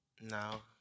Now